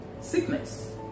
sickness